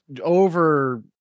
over